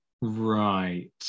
Right